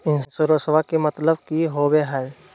इंसोरेंसेबा के मतलब की होवे है?